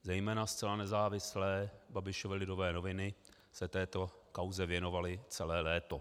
Zejména zcela nezávislé Babišovy Lidové noviny se této kauze věnovaly celé léto.